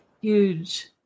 Huge